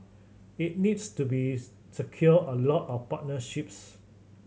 it needs to bees secure a lot of partnerships